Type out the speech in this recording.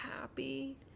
happy